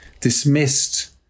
dismissed